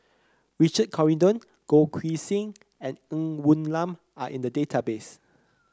Richard Corridon Goh Keng Swee and Ng Woon Lam Are in the database